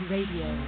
Radio